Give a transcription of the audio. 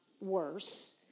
worse